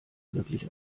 wirklich